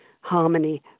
harmony